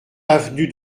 avenue